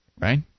Right